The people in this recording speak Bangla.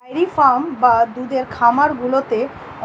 ডেয়ারি ফার্ম বা দুধের খামারগুলিতে